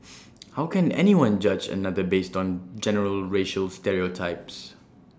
how can anyone judge another based on general racial stereotypes